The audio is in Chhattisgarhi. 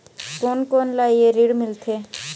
कोन कोन ला ये ऋण मिलथे?